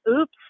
oops